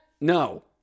No